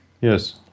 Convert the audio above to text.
Yes